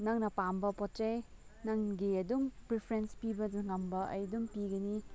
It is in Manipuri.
ꯅꯪꯅ ꯄꯥꯝꯕ ꯄꯣꯠ ꯆꯩ ꯅꯪꯒꯤ ꯑꯗꯨꯝ ꯄ꯭ꯔꯤꯐꯔꯦꯟꯁ ꯄꯤꯕ ꯉꯝꯕ ꯑꯩ ꯑꯗꯨꯝ ꯄꯤꯒꯅꯤ